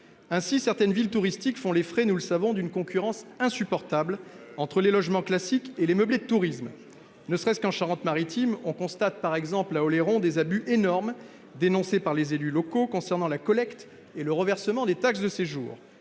Ainsi, certaines villes touristiques font les frais d'une concurrence insupportable entre les logements classiques et les meublés de tourisme. Ne serait-ce qu'en Charente-Maritime, on constate, à Oléron, des abus énormes dénoncés par les élus concernant la collecte et le reversement des taxes de séjour